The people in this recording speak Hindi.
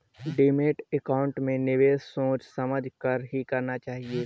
डीमैट अकाउंट में निवेश सोच समझ कर ही करना चाहिए